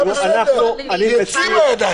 בסדר, היא אצלי בידיים, נכון?